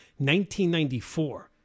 1994